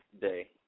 day